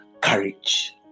courage